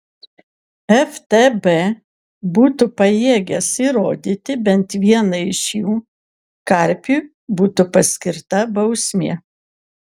ftb būtų pajėgęs įrodyti bent vieną iš jų karpiui būtų paskirta bausmė